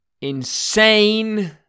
insane